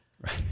Right